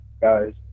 guys